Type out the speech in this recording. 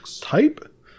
type